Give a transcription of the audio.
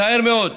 מצער מאוד.